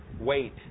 wait